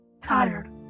tired